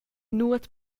nuot